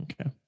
Okay